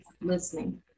listening